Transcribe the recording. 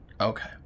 okay